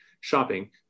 shopping